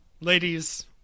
Ladies